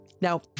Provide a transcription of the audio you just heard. Now